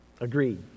Agreed